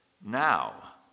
now